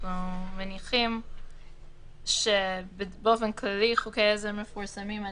אנחנו מניחים שבאופן כללי חוקי עזר מפורסמים.